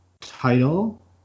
Title